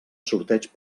sorteig